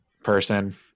person